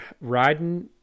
riding